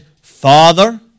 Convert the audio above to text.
Father